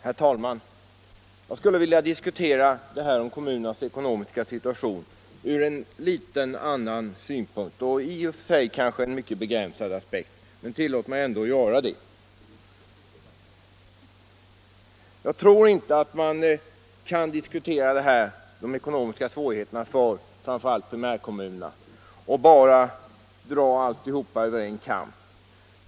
Herr talman! Jag skulle vilja diskutera frågan om kommunernas ekonomiska situation ur en annan synvinkel och en kanske i och för sig begränsad aspekt. Jag tror inte att man kan diskutera de ekonomiska svårigheterna för framför allt primärkommunerna och dra alla kommuner över en kam.